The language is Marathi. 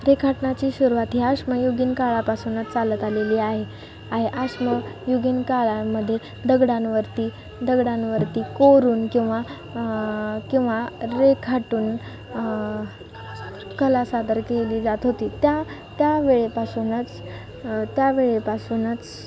रेखाटनाची सुरुवात ही अशमयुगीन काळापासूनच चालत आलेली आहे आहे अशमयुगीन काळामध्ये दगडांवरती दगडांवरती कोरून किंवा किंवा रेखाटून कला सादर केली जात होती त्या त्यावेेळेपासूनच त्यावेेळेपासूनच